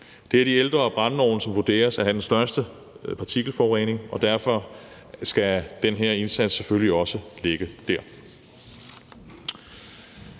Det er de ældre brændeovne, som vurderes at have den største partikelforurening, og derfor skal den her indsats selvfølgelig også ligge der.